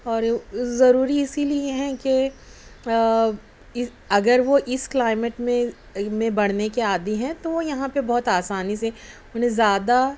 اور ضروری اسی لیے ہیں کہ اگر وہ اس کلائمیٹ میں میں بڑھنے کے عادی ہیں تو یہاں پہ بہت آسانی سے انہیں زیادہ